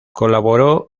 colaboró